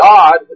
God